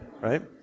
right